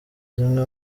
zimwe